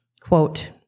quote